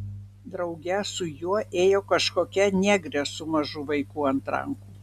drauge su juo ėjo kažkokia negrė su mažu vaiku ant rankų